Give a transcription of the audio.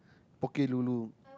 Poke-Lulu